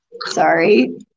Sorry